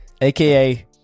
aka